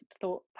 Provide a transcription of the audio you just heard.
thought